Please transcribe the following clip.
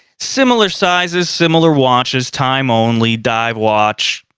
similar sizes, similar watches. time only, dive watch.